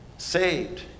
saved